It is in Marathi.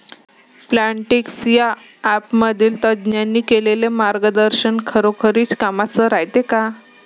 प्लॉन्टीक्स या ॲपमधील तज्ज्ञांनी केलेली मार्गदर्शन खरोखरीच कामाचं रायते का?